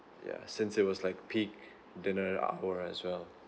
yeah since it was like peak dinner hour as well